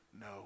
no